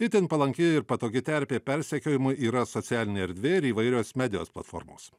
itin palanki ir patogi terpė persekiojimui yra socialinė erdvė ir įvairios medijos platformos